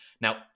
Now